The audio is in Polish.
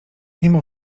mimo